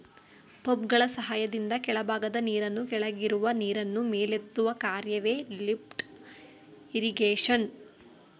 ಪಂಪ್ಗಳ ಸಹಾಯದಿಂದ ಕೆಳಭಾಗದ ನೀರನ್ನು ಕೆಳಗಿರುವ ನೀರನ್ನು ಮೇಲೆತ್ತುವ ಕಾರ್ಯವೆ ಲಿಫ್ಟ್ ಇರಿಗೇಶನ್